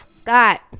Scott